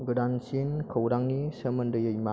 गोदानसिन खौरांनि सोमोन्दोयै मा